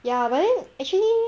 ya but then actually